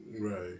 Right